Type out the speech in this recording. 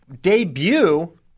debut –